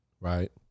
Right